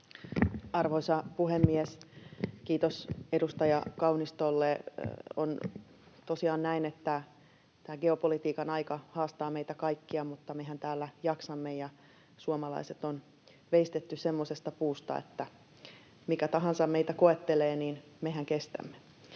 Arvoisa puhemies! Kiitos edustaja Kaunistolle. On tosiaan näin, että tämä geopolitiikan aika haastaa meitä kaikkia, mutta mehän täällä jaksamme, ja suomalaiset on veistetty semmoisesta puusta, että mikä tahansa meitä koettelee, niin mehän kestämme.